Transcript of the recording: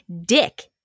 Dick